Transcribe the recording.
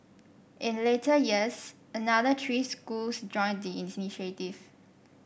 in later years another three schools joined the initiative